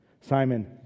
Simon